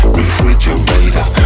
refrigerator